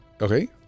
Okay